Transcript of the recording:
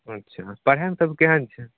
अच्छा पढ़ैमे तब केहन छै